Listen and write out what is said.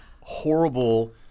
horrible